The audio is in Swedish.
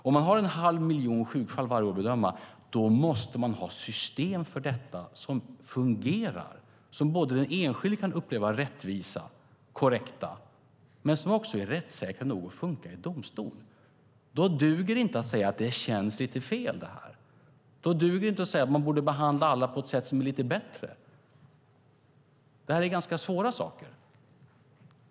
Om man har en halv miljon sjukfall att bedöma varje år måste man ha system för detta som fungerar, som den enskilde kan uppleva som rättvisa och korrekta men som också är rättssäkra nog att funka i domstol. Då duger det inte att säga att det här känns lite fel. Då duger det inte att säga att man borde behandla alla på ett sätt som är lite bättre. Det här är ganska svåra saker.